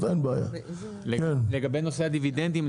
לגבי נושא הדיבידנדים,